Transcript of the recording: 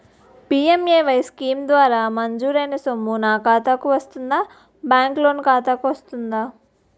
PMAY scheme ద్వారా మంజూరైన సొమ్ము నా ఖాతా కు వస్తుందాబ్యాంకు లోన్ ఖాతాకు వస్తుందా?